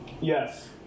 Yes